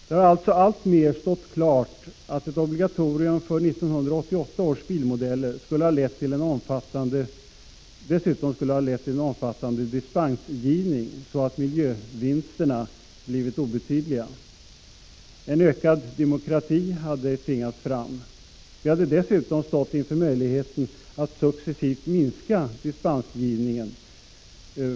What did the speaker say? Det har också alltmer stått klart att ett obligatorium för 1988 års bilmodeller dessutom skulle ha lett till en omfattande dispensgivning, så att miljövinsterna blivit obetydliga. En ökad byråkrati hade tvingats fram. Vi hade dessutom stått inför svårigheten att kommande år successivt minska dispensgivningen.